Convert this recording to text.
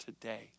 today